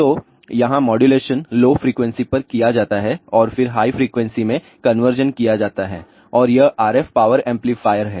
तो यहां modulation low frequency पर किया जाता है और फिर हाई फ्रिकवेंसी में कन्वर्जन किया जाता है और यह RF पावर एम्पलीफायर है